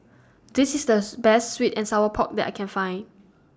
This IS The Best Sweet and Sour Pork that I Can Find